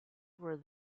were